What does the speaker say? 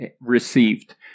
received